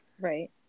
Right